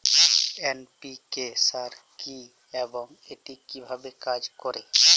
NPK সার কি এবং এটি কিভাবে কাজ করে?